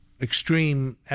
extreme